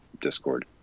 Discord